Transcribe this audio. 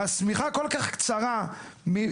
״השמיכה קצרה״,